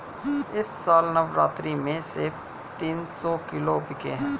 इस साल नवरात्रि में सेब तीन सौ किलो बिके हैं